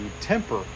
temper